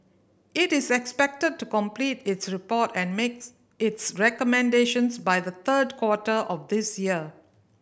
it is expected to complete its report and makes its recommendations by the third quarter of this year